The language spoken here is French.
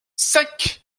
cinq